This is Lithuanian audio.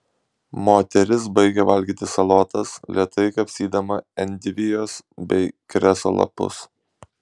moteris baigė valgyti salotas lėtai kapstydama endivijos bei kreso lapus